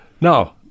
Now